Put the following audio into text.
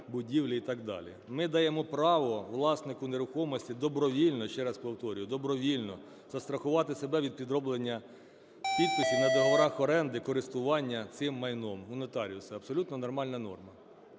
ще раз повторюю, добровільно застрахувати себе від підроблення підписів на договорах оренди користування цим майном у нотаріуса. Абсолютно нормальна норма.